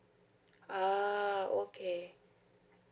ah okay